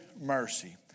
mercy